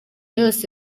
yose